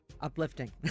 uplifting